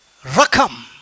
Rakam